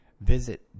Visit